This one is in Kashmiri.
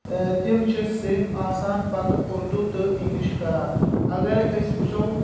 تِم چھ صِرف آسان پتہٕ اُردوٗ تہٕ اِنگلِش کران اگرے أسۍ وُچھو